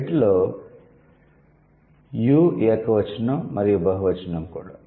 వీటిలో 'యు' ఏకవచనం మరియు బహువచనం కూడా